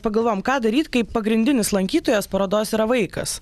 pagalvojam ką daryt kai pagrindinis lankytojas parodos yra vaikas